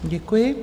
Děkuji.